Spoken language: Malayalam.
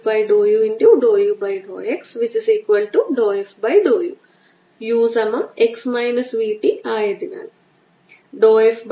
2 ഓവർലാപ്പിംഗ് സിലിണ്ടറുകൾ കാണിക്കുന്ന ഈ ഡയഗ്രാമിലേക്ക് ഞാൻ പോകാം r 1 പ്ലസ് r 2 ഈ വെക്റ്റർ a ആണ് വെക്റ്റർ പോസിറ്റീവ് ചാർജ്ജ് ചെയ്ത സിലിണ്ടറിലേക്ക് നെഗറ്റീവ് ചാർജ്ഡ് സിലിണ്ടറിലേക്ക് മാറുന്നു